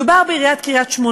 מדובר בעיריית קריית-שמונה.